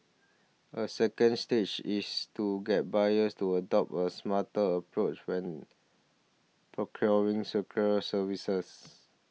a second stage is to get buyers to adopt a smarter approach when procuring secure services